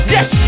Yes